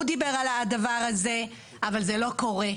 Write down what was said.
הוא דיבר על העניין הזה אבל זה לא קורה.